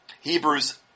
Hebrews